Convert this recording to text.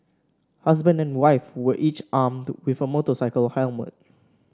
husband and wife were each armed with a motorcycle helmet